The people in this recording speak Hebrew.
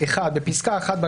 (1)בפסקה (1),